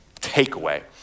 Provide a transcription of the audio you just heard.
takeaway